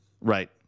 Right